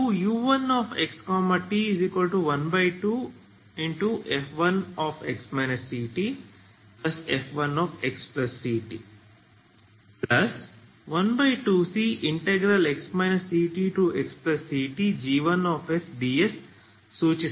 ಇದು u1xt12f1x ctf1xct12cx ctxctg1sds ಸೂಚಿಸುತ್ತದೆ